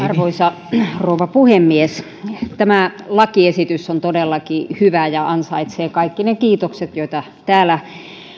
arvoisa rouva puhemies tämä lakiesitys on todellakin hyvä ja ansaitsee kaikki ne kiitokset joita täällä